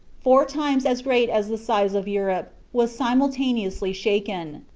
four times as great as the size of europe, was simultaneously shaken.